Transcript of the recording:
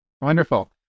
Wonderful